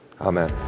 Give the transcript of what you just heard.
Amen